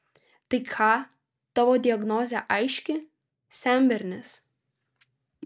tai ką tavo diagnozė aiški senbernis